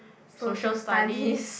Social Studies